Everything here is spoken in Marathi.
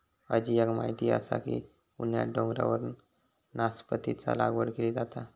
अजयाक माहीत असा की उन्हाळ्यात डोंगरावर नासपतीची लागवड केली जाता